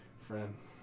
friends